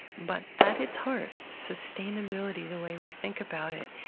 but at its heart, sustainability, the way we think about it,